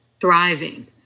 thriving